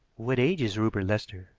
what age is rupert lester?